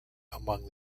among